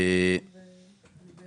אדוני היושב-ראש.